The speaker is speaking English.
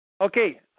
Okay